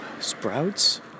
Sprouts